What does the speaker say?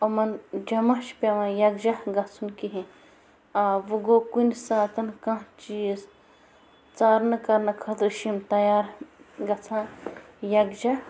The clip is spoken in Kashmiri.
یِمن جمح چھُ پٮ۪وان یکجاہ گَژھُن کِہیٖنٛۍ آ وۅنۍ گوٚو کُنہِ ساتہٕ کانٛہہ چیٖز ژارنہٕ کَرنہٕ خٲطرٕ چھِ یِم تَیار گَژھان یکجاہ